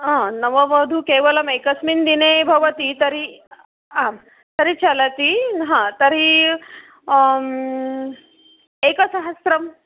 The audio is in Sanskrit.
हा नववधोः केवलमेकस्मिन् दिने भवति तर्हि आं तर्हि चलति हा तर्हि एकसहस्रं